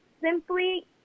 simply